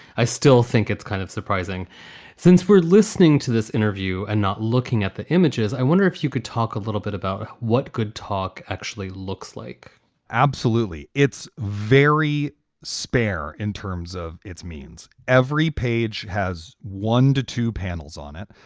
i still think it's kind of surprising since we're listening to this interview and not looking at the images. i wonder if you could talk a little bit about what could talk actually looks like absolutely. it's very spare in terms of its means. every page has one to two panels on it,